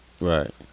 Right